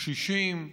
קשישים,